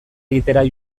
egitera